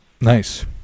Nice